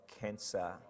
cancer